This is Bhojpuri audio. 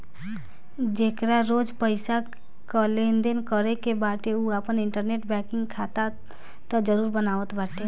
जेकरा रोज पईसा कअ लेनदेन करे के बाटे उ आपन इंटरनेट बैंकिंग खाता तअ जरुर बनावत बाटे